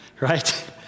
Right